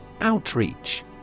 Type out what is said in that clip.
Outreach